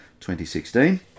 2016